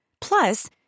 Plus